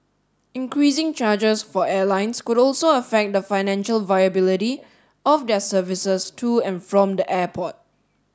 increasing charges for airlines could also affect the financial viability of their services to and from the airport